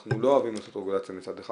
ואנחנו לא אוהבים לעשות רגולציה מצד אחד